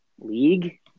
league